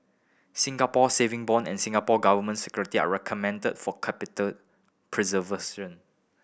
Singapore Saving Bond and Singapore Government Security are recommended for capital preservation